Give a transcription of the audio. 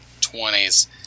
Twenties